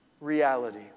reality